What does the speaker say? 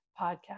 podcast